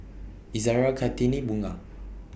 Izzara Kartini Bunga